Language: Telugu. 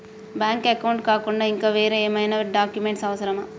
బ్యాంక్ అకౌంట్ కాకుండా ఇంకా వేరే ఏమైనా డాక్యుమెంట్స్ అవసరమా?